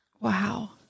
Wow